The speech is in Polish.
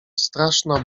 straszna